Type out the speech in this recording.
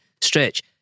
stretch